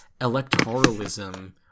electoralism